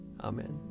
Amen